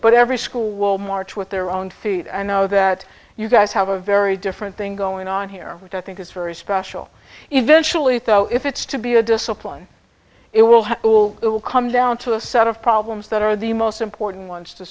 but every school will march with their own feet i know that you guys have a very different thing going on here which i think is very special eventually though if it's to be a discipline it will have all it will come down to a set of problems that are the most important ones to